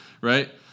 right